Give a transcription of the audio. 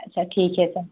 अच्छा ठीक है तो